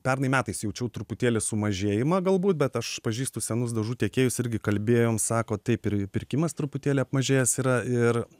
pernai metais jaučiau truputėlį sumažėjimą galbūt bet aš pažįstu senus dažų tiekėjus irgi kalbėjom sako taip ir pirkimas truputėlį apmažėjęs yra ir